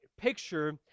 picture